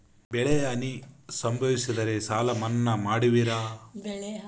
ಬೆಳೆಹಾನಿ ಸಂಭವಿಸಿದರೆ ಸಾಲ ಮನ್ನಾ ಮಾಡುವಿರ?